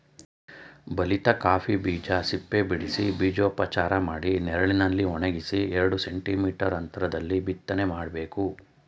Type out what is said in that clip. ಬಲಿತ ಕಾಫಿ ಬೀಜ ಸಿಪ್ಪೆಬಿಡಿಸಿ ಬೀಜೋಪಚಾರ ಮಾಡಿ ನೆರಳಲ್ಲಿ ಒಣಗಿಸಿ ಎರಡು ಸೆಂಟಿ ಮೀಟರ್ ಅಂತ್ರದಲ್ಲಿ ಬಿತ್ತನೆ ಮಾಡ್ಬೇಕು